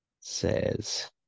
says